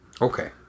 Okay